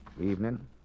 Evening